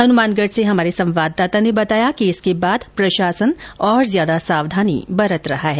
हनुमानगढ़ से हमारे संवाददाता ने बताया कि इसके बाद प्रशासन और ज्यादा सावधानी बरत रहा है